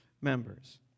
members